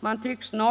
Man tycks kunna